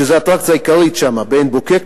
שזו האטרקציה העיקרית שם בעין-בוקק,